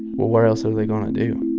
what what else are they going to do?